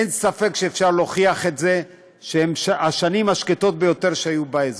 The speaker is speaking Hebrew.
אין ספק שאפשר להוכיח שהן השנים השקטות ביותר שהיו באזור.